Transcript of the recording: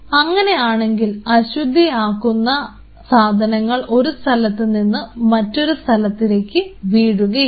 അങ്ങനെ ആണെങ്കിൽ അശുദ്ധി ആക്കുന്ന സാധനങ്ങൾ ഒരു സ്ഥലത്തുനിന്ന് മറ്റൊരു സ്ഥലത്തേക്ക് വീഴുകയില്ല